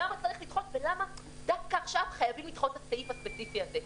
למה צריך לדחות ולמה דווקא עכשיו חייבים לדחות את הסעיף הספציפי הזה.